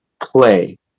play